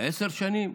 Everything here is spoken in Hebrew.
עשר שנים,